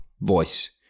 voice